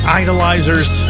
idolizers